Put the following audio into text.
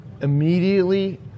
immediately